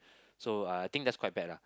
so I think that's quite bad lah